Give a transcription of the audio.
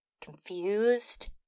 confused